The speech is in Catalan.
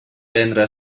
vendre